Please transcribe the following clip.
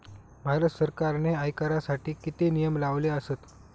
भारत सरकारने आयकरासाठी किती नियम लावले आसत?